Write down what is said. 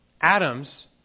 Atoms